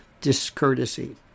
discourtesy